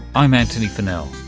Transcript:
i'm antony funnell